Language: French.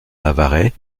navarrais